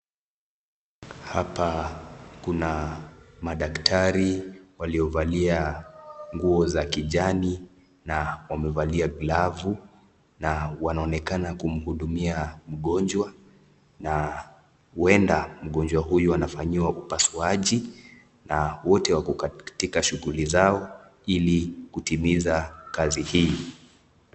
Hapa kuna madaktari waliovalia nguo za kijani, na wamevalia glavu na wanaonekana kumuhudumia mgonjwa, na huenda mgonjwa huyu anafanyiwa upasuaji, na wote wako katika shughuli zao ili kutimiza kazi hii.